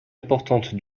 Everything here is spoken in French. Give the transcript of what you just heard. importantes